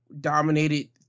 dominated